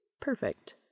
Perfect